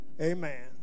Amen